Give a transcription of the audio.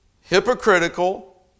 hypocritical